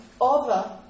over